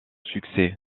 succès